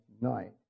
night